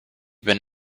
been